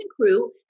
crew